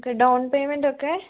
okay down payment ഒക്കെ